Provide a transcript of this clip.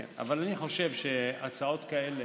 כן, אבל אני חושב שהצעות כאלה,